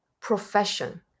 profession